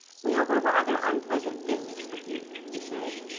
we have a rather unpleasant business with you, he said.